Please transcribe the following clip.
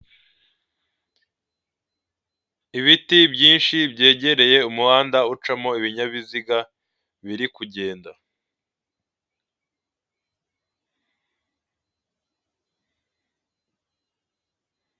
Ibiti byinshi byegereye umuhanda ucamo ibinyabiziga biri kugenda.